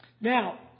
Now